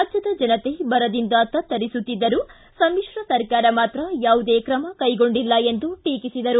ರಾಜ್ಯದ ಜನತೆ ಬರದಿಂದ ತತ್ತರಿಸುತ್ತಿದ್ದರೂ ಸಮಿಶ್ರ ಸರ್ಕಾರ ಮಾತ್ರ ಯಾವುದೇ ಕ್ರಮ ಕೈಗೊಂಡಿಲ್ಲ ಎಂದು ಟೀಕಿಸಿದರು